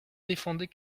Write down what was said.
défendait